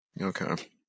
Okay